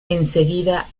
enseguida